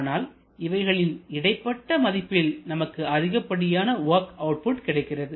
ஆனால் இவைகளின் இடைப்பட்ட மதிப்பில் நமக்குஅதிகப்படியான வொர்க் அவுட்புட் கிடைக்கிறது